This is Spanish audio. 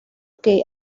que